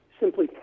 Simply